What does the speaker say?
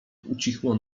ucichło